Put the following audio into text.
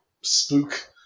spook